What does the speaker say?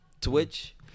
Twitch